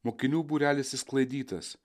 mokinių būrelis išsklaidytas